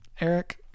Eric